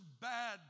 bad